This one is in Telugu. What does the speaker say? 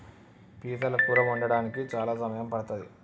పీతల కూర వండడానికి చాలా సమయం పడ్తది